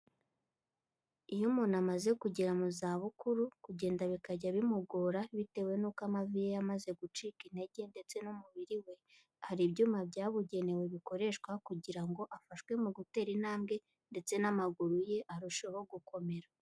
Iyo umuntu amaze kugera mu zabukuru, kugenda bikajya bimugora bitewe n'uko amavi ye yamaze gucika intege ndetse n'umubiri we, hari ibyuma byabugenewe bikoreshwa kugira ngo afashwe mu gutera intambwe ndetse n'amaguru ye arusheho gukomera.